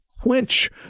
quench